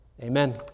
Amen